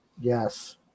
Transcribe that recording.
Yes